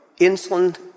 insulin